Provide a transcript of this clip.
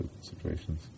situations